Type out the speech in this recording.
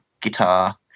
guitar